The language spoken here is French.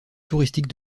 touristiques